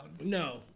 No